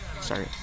Sorry